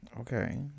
Okay